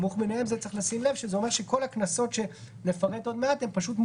עבירה מינהלית חוזרת הקנס המינהלי הקצוב לעבירה מינהלית חוזרת